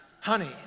honey